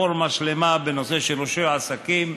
רפורמה שלמה בנושא רישוי עסקים.